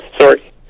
Sorry